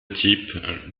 types